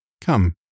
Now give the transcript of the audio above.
Come